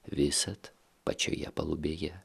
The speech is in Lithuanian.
visad pačioje palubėje